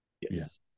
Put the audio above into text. yes